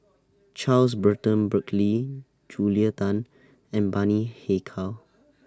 Charles Burton Buckley Julia Tan and Bani Haykal